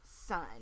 son